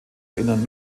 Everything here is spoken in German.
erinnern